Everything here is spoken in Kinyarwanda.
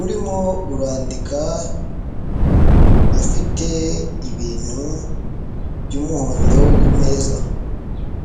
urimo urandika afite ibintu by'umuhondo kumeza.